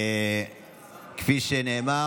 כפי שנאמר,